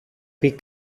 πει